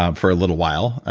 ah for a little while,